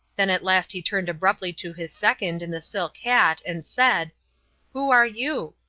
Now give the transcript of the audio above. then at last he turned abruptly to his second in the silk hat and said who are you?